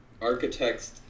architects